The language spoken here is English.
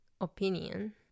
opinion